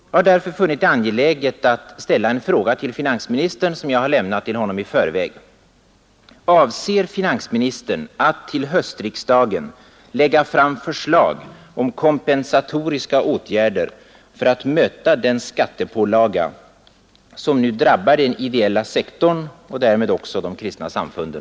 Jag har därför funnit angeläget att ställa en fråga till finansministern som jag har lämnat till honom i förväg: Avser finansministern att till höstriksdagen lägga fram förslag om kompensatoriska åtgärder för att möta den skattepålaga som nu drabbar den ideella sektorn och därmed också de kristna samfunden?